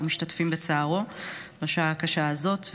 אנחנו משתתפים בצערו בשעה הקשה הזאת.